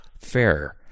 fair